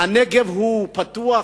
הנגב פתוח,